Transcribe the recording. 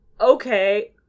okay